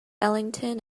ellington